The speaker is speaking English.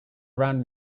around